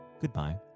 goodbye